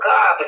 God